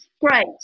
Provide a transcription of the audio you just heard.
great